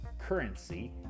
Currency